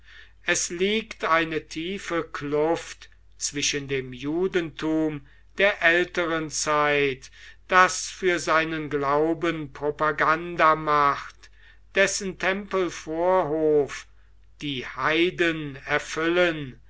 es liegt eine tiefe kluft zwischen dem judentum der älteren zeit das für seinen glauben propaganda macht dessen tempelvorhof die heiden erfüllen